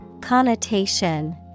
Connotation